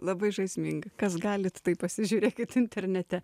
labai žaisminga kas galit tai pasižiūrėkit internete